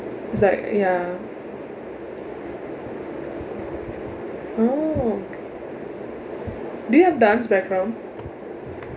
it's like ya oh do you have dance background